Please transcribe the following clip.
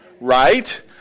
right